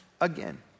again